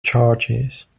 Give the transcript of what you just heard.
charges